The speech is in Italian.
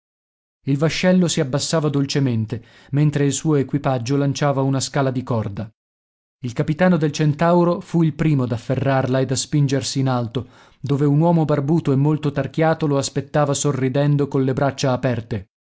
il vascello si abbassava dolcemente mentre il suo equipaggio lanciava una scala di corda il capitano del centauro fu il primo ad afferrarla ed a spingersi in alto dove un uomo barbuto e molto tarchiato lo aspettava sorridendo colle braccia aperte